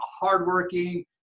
hardworking